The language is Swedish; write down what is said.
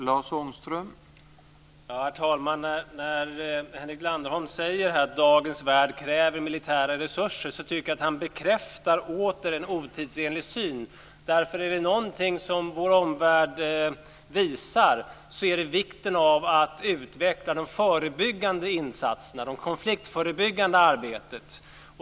Herr talman! När Henrik Landerholm säger att dagens värld kräver militära resurser tycker jag att han återigen bekräftar en otidsenlig syn. Om det är någonting som vår omvärld visar så är det vikten av att man utvecklar de förebyggande insatserna, det konfliktförebyggande arbetet.